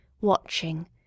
watching